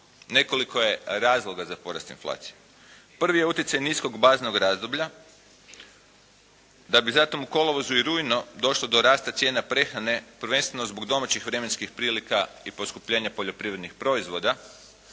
Nekoliko je razloga za porast inflacije. Prvi je utjecaj niskog baznog razdoblja da bi zatim u kolovozu i rujnu došlo do rasta cijena prehrane prvenstveno zbog domaćih vremenskih prilika i poskupljenja poljoprivrednih proizvoda